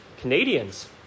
Canadians